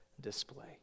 display